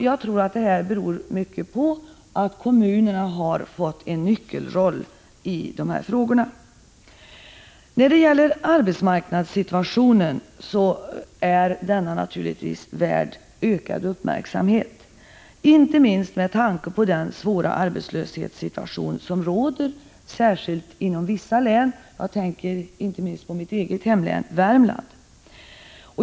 Jag tror att det beror mycket på att kommunerna har fått en nyckelroll i de här frågorna. Arbetsmarknadssituationen är naturligtvis värd ökad uppmärksamhet, särskilt med tanke på den svåra arbetslöshet som råder inom vissa län; jag tänker inte minst på mitt eget hemlän, Värmland.